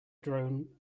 drone